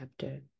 chapter